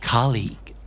Colleague